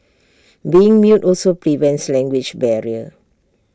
being mute also prevents language barrier